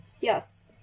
Yes